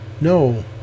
no